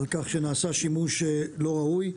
על כך שנעשה שימוש לא ראוי,